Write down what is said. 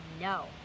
No